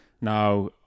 Now